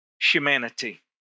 humanity